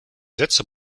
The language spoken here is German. sätze